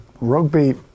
rugby